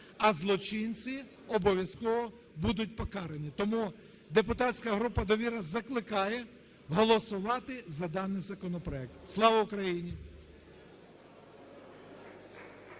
а злочинці обов'язково будуть покарані. Тому депутатська група "Довіра" закликає голосувати за даний законопроект. Слава Україні!